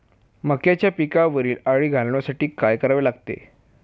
मक्याच्या पिकावरील अळी घालवण्यासाठी काय करावे लागेल?